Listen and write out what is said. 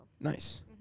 Nice